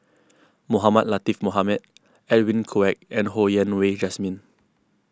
Mohamed Latiff Mohamed Edwin Koek and Ho Yen Wah Jesmine